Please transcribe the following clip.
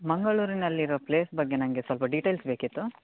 ಮಂಗಳೂರಿನಲ್ಲಿರುವ place ಬಗ್ಗೆ ನನಗೆ ಸ್ವಲ್ಪ ಡೀಟೇಲ್ಸ್ ಬೇಕಿತ್ತು